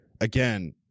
again